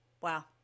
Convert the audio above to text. wow